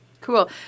Cool